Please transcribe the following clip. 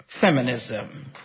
feminism